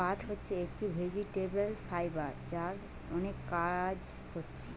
পাট হচ্ছে একটি ভেজিটেবল ফাইবার যার অনেক কাজ হচ্ছে